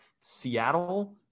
Seattle